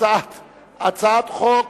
הצעת חוק